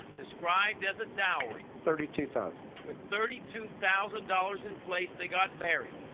described as a dowry. thirty two thousand. with thirty two thousand dollars in place, they got married.